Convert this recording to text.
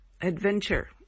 adventure